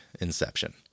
inception